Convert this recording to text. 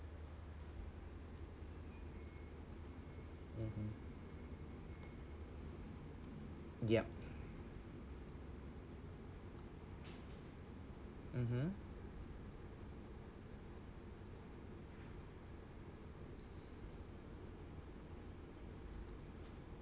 mmhmm yup mmhmm